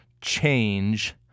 change